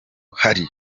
hari